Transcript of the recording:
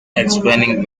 explaining